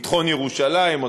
ביטחון ירושלים,